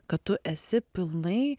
kad tu esi pilnai